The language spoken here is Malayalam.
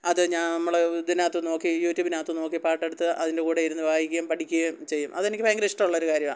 അത് ഞാൻ നമ്മൾ ഇതിനകത്ത് നോക്കി യൂറ്റൂബിനകത്ത് നോക്കി പാട്ടെടുത്ത് അതിൻ്റെ കൂടെയിരുന്ന് വായിക്കുകയും പഠിക്കുകയും ചെയ്യും അതെനിക്ക് ഭയങ്കര ഇഷ്ടമുള്ളൊരു കാര്യവാണ്